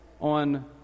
on